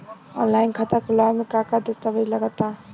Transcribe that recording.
Online खाता खूलावे म का का दस्तावेज लगा ता?